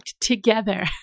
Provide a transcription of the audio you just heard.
together